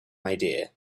idea